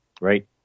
Right